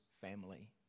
family